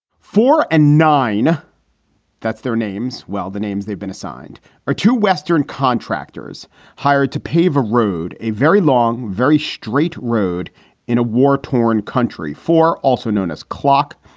four and nine that's their names. well, the names they've been assigned are two western contractors hired to pave a road, a very long, very straight road in a war torn country. four, also known as clock,